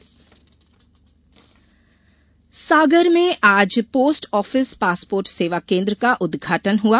passport Sagar में आज post office passport सेवा केन्द्र का उद्घाटन हुआ